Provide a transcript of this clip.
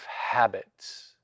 habits